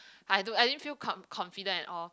I don't I didn't feel confident at all